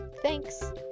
Thanks